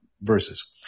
verses